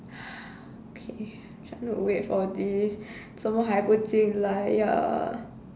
okay trying to wait for this 怎么还不进来呀